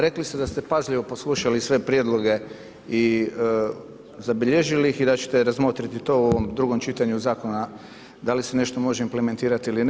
Rekli ste da ste pažljivo poslušali sve prijedloge i zabilježili ih i da ćete razmotriti to u ovom drugom čitanju Zakona da li se nešto može implementirati ili ne.